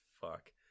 fuck